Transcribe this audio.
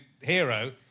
hero